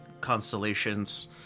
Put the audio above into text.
constellations